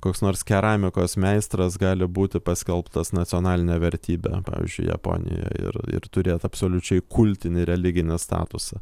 koks nors keramikos meistras gali būti paskelbtas nacionaline vertybe pavyzdžiui japonijoje ir ir turėt absoliučiai kultinį religinį statusą